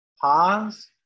pause